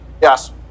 yes